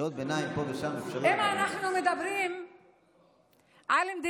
אנחנו מדברים כל הזמן על חירום.